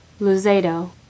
Luzedo